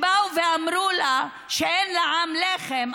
שכשאמרו לה שאין לעם לחם,